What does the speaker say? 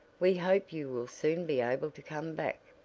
we hope you will soon be able to come back.